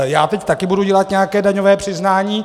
Já teď taky budu dělat nějaké daňové přiznání.